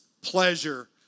pleasure